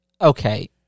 Okay